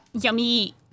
Yummy